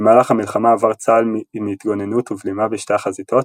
במהלך המלחמה עבר צה"ל מהתגוננות ובלימה בשתי החזיתות,